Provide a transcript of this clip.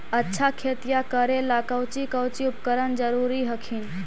अच्छा खेतिया करे ला कौची कौची उपकरण जरूरी हखिन?